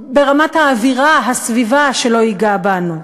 ברמת האווירה, הסביבה, שלא ייגע בנו.